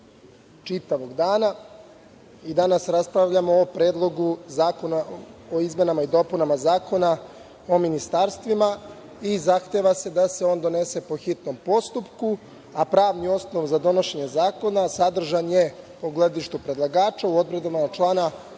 čitavog dana. Danas raspravljamo o Predlogu zakona o izmenama i dopunama Zakona o ministarstvima i zahteva se da se on donese po hitnom postupku, a pravni osnov za donošenje zakona sadržan je, u gledištu predlagača, u odredbama člana